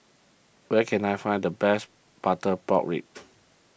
where can I find the best Butter Pork Ribs